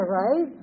right